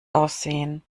aussehen